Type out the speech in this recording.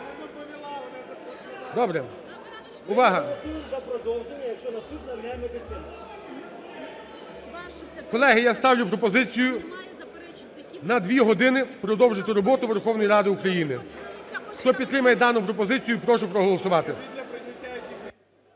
Добре, увага! Колеги, я ставлю пропозицію на дві години продовжити роботу Верховної Ради України. Хто підтримує дану пропозицію, прошу проголосувати.